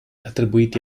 attribuiti